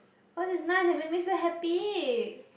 cause its nice and make me so happy